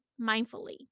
mindfully